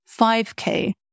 5k